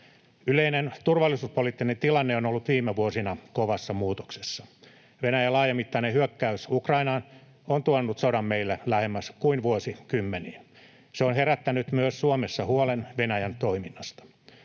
Yleinen turvallisuuspoliittinen tilanne on ollut viime vuosina kovassa muutoksessa. Venäjän laajamittainen hyökkäys Ukrainaan on tuonut sodan meille lähemmäs kuin vuosikymmeniin. Se on herättänyt myös Suomessa huolen Venäjän toiminnasta.